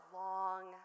long